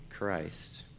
Christ